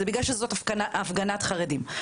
זה בגלל שזאת הפגנת חרדים.